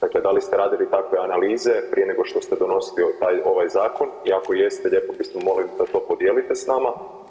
Dakle, da li ste radili takve analize prije nego što ste donosili ovaj zakon i ako jeste lijepo bismo molim da to podijelite s nama?